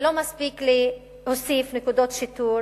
לא מספיק להוסיף נקודות שיטור